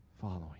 following